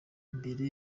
imbere